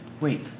Wait